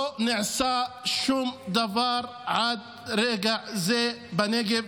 לא נעשה שום דבר עד לרגע זה בנגב.